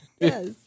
Yes